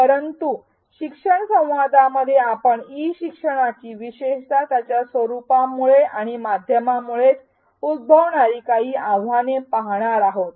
पुढील शिक्षण संवादामध्ये आपण ई शिक्षणाची विशेषत त्याच्या स्वरुपामुळे आणि माध्यमामुळेच उद्भवणारी काही आव्हाने पाहणार आहोत